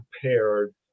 prepared